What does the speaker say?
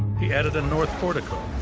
he added a north portico,